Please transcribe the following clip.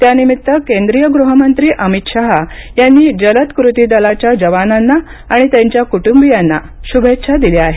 त्यानिमित्त केंद्रीय गृहमंत्री अमित शाह यांनी जलद कृती दलाच्या जवानांना आणि त्यांच्या कुटुंबीयांना शुभेच्छा दिल्या आहेत